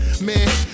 Man